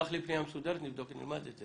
שלח לי פניה מסודרת, נבדוק את זה.